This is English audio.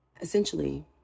Essentially